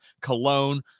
cologne